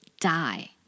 die